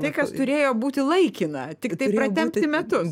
tai kas turėjo būti laikina tiktai pratempti metus